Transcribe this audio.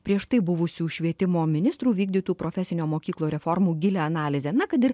prieš tai buvusių švietimo ministrų vykdytų profesinio mokyklų reformų gilią analizę na kad ir